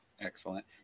Excellent